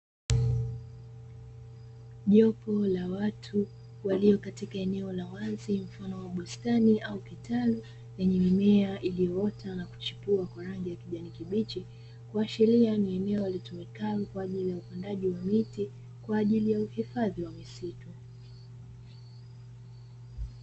Jopo la watu waliokatika eneo la wazi mfano wa bustani au kitalu lenye mimea iliyoota na kuchipua kwa rangi ya kijani kibichi, kuashiria ni eneo litumikalo kwa ajili ya upandaji wa miti kwa ajili ya uhifadhi wa misitu.